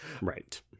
Right